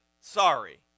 sorry